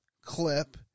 clip